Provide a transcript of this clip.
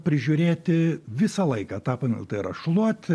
prižiūrėti visą laiką tą paminklą tai yra šluoti